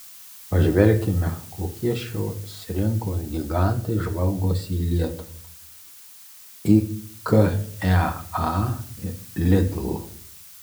pažvelkime kokie šios rinkos gigantai žvalgosi į lietuvą ikea lidl